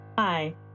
Hi